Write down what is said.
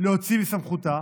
להוציא מסמכותה